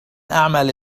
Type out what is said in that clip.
أعمل